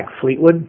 Fleetwood